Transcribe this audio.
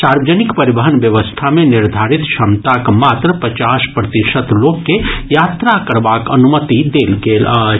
सार्वजनिक परिवहन व्यवस्था मे निर्धारित क्षमताक मात्र पचास प्रतिशत लोक के यात्रा करबाक अनुमति देल गेल अछि